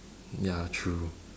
ya true